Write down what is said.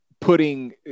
putting